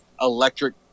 electric